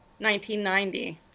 1990